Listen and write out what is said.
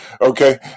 Okay